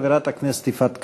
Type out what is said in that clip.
חברת הכנסת יפעת קריב.